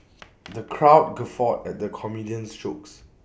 the crowd guffawed at the comedian's jokes